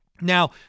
Now